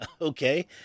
okay